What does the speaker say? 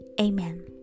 Amen